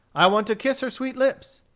i want to kiss her sweet lips.